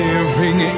Living